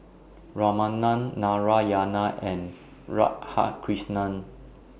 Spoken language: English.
Ramanand Narayana and Radhakrishnan